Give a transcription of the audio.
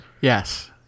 Yes